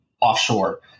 offshore